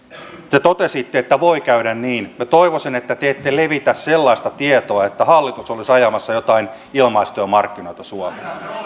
te totesitte että voi käydä niin minä toivoisin että te ette levitä sellaista tietoa että hallitus olisi ajamassa joitain ilmaistyömarkkinoita suomeen